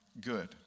good